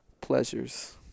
pleasures